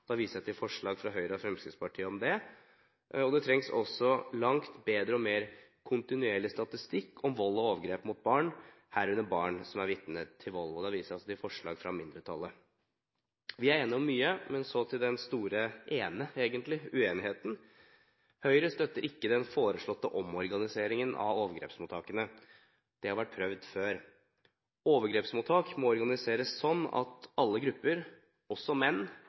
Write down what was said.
Jeg viser til forslag fra Høyre og Fremskrittspartiet om det. Det trengs også langt bedre og mer kontinuerlig statistikk om vold og overgrep mot barn, herunder barn som er vitne til vold, og da viser jeg til forslag fra mindretallet. Vi er enige om mye, men så til den ene store uenigheten. Høyre støtter ikke den foreslåtte omorganiseringen av overgrepsmottakene. Det har vært prøvd før. Overgrepsmottak må organiseres slik at alle grupper, også menn,